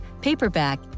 paperback